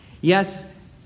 Yes